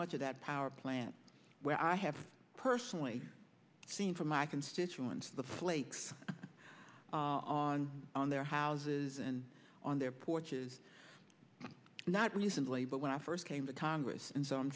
much of that power plant where i have personally seen from my constituents the flakes on on their houses and on their porches not recently but when i first came to congress and so i'm